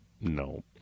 No